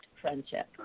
friendship